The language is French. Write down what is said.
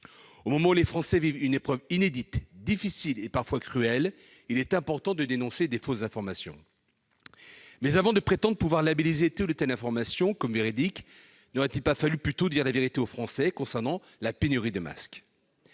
Au moment où les Français vivent une épreuve inédite, difficile et parfois cruelle, il est important de dénoncer les fausses informations ; néanmoins, avant de prétendre labelliser comme « véridique » telle ou telle information, n'aurait-il pas fallu dire la vérité aux Français concernant la pénurie de masques ?